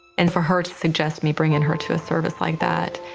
and for her to suggest me bringing her to a service like that,